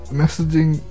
messaging